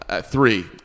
Three